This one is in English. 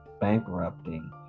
bankrupting